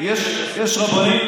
יש רבנים.